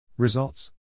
Results